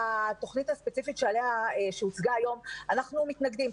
התוכנית הספציפית שהוצגה היום, אנחנו מתנגדים.